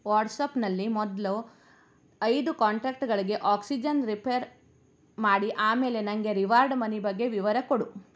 ವಾಟ್ಸ್ಯಾಪ್ನಲ್ಲಿ ಮೊದಲು ಐದು ಕಾಂಟ್ಯಾಕ್ಟ್ಗಳಿಗೆ ಆಕ್ಸಿಜೆನ್ ರಿಪೇರ್ ಮಾಡಿ ಆಮೇಲೆ ನನಗೆ ರಿವಾರ್ಡ್ ಮನಿ ಬಗ್ಗೆ ವಿವರ ಕೊಡು